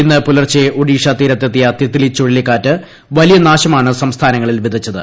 ഇന്ന് പൂലർച്ചെ ഒഡീഷ തീരത്തെത്തിയ തിത്ത്ലി ചുഴലിക്കാറ്റ് വലിയ നാശമാണ് സംസ്ഥാനങ്ങളിൽ വിതച്ചത്